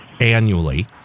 annually